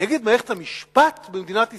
נגד מערכת המשפט במדינת ישראל,